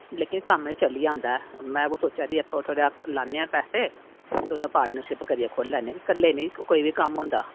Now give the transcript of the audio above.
लेकिन कम्म एह् चली जंदा में सोचा दी ही की थोह्ड़े थोह्ड़े लानै आं पैसे ते में पार्टनरशिप करियै खोल्ली लैनी आं ते कल्लै कोई बी कम्म निं होंदा